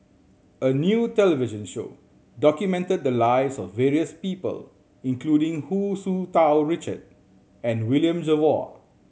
a new television show documented the lives of various people including Hu Tsu Tau Richard and William Jervo